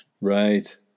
Right